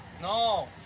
No